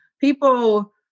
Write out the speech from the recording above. people